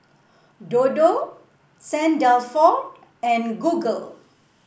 Dodo Saint Dalfour and Google